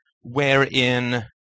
wherein